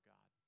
God